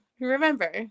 remember